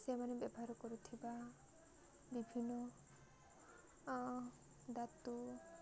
ସେମାନେ ବ୍ୟବହାର କରୁଥିବା ବିଭିନ୍ନ ଧାତୁ